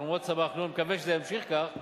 אנחנו מאוד שמחנו, אני מקווה שזה ימשיך כך,